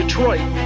Detroit